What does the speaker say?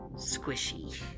squishy